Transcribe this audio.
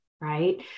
right